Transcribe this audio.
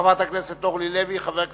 חברת הכנסת אורלי לוי, בבקשה.